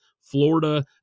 Florida